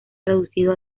traducido